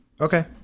Okay